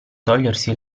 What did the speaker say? togliersi